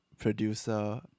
producer